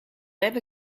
ever